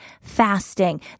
fasting